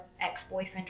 ex-boyfriend